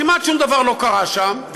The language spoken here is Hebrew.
כמעט שום דבר לא קרה שם,